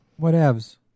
whatevs